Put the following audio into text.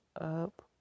up